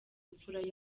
imfura